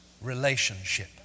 Relationship